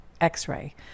x-ray